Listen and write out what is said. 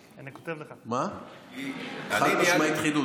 זה חידוד?